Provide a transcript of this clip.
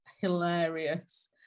hilarious